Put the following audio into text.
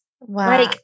Wow